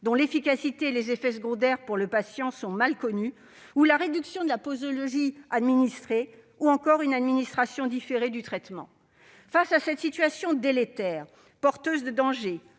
dont l'efficacité et les effets secondaires pour le patient sont mal connus, la réduction de la posologie administrée ou encore une administration différée du traitement. Face à cette situation délétère, porteuse de dangers,